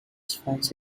fans